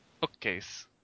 bookcase